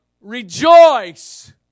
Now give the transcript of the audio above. rejoice